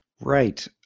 Right